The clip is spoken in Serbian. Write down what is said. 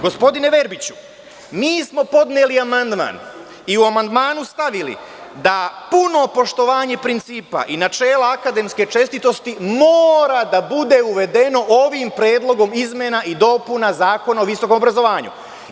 Gospodine Verbiću, podneli smo amandman i u amandman smo stavili da puno poštovanje principa i načela akademske čestitosti mora biti uvedeno ovim Predlogom izmena i dopuna Zakona o visokom obrazovanju.